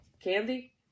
Candy